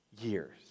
years